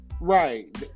right